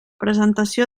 presentació